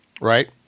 right